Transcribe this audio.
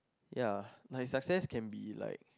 ya my success can be like